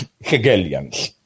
hegelians